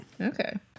Okay